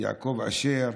יעקב אשר,